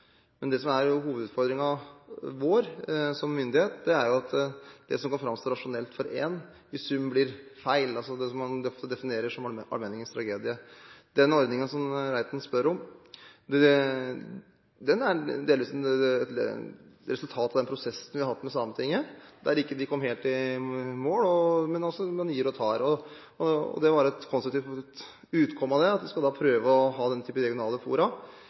Det som er hovedutfordringen vår som myndighet, er jo at det som kan framstå rasjonelt for én, i sum blir feil – altså det som man definerer som «allmenningens tragedie». Den ordningen som Reiten spør om, er delvis et resultat av den prosessen vi har hatt med Sametinget, der ikke vi kom helt i mål – men altså: Man gir og tar. Et konstruktivt utkomme av det er at vi skal prøve å ha denne typen regionale fora.